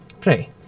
Pray